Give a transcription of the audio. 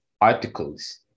articles